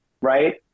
right